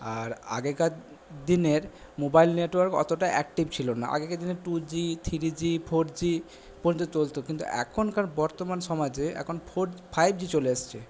আর আগেকার দিনের mobile network অতটা অ্যাক্টিভ ছিলো না আগেকার দিনে two G three G four G পর্যন্ত চলতো কিন্তু এখনকার বর্তমান সমাজে এখন ফোর ফাইভ জি চলে এসছে